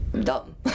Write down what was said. dumb